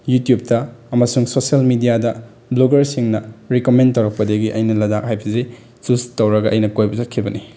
ꯌꯨꯇ꯭ꯌꯨꯞꯇ ꯑꯃꯁꯨꯡ ꯁꯣꯁꯦꯜ ꯃꯦꯗꯤꯌꯥꯗ ꯕ꯭ꯂꯣꯒꯔꯁꯤꯡꯅ ꯔꯤꯀꯝꯃꯦꯟ ꯇꯧꯔꯛꯄꯗꯒꯤ ꯑꯩꯅ ꯂꯗꯥꯛ ꯍꯥꯏꯕꯁꯤ ꯆꯨꯁ ꯇꯧꯔꯒ ꯑꯩꯅ ꯀꯣꯏꯕ ꯆꯠꯈꯤꯕꯅꯤ